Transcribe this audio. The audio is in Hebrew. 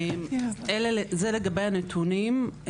זה לגבי הנתונים.